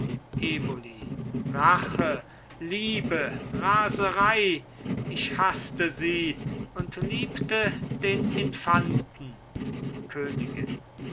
eboli rache liebe raserei ich haßte sie und liebte den infanten königin